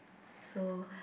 so